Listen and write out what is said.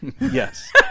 yes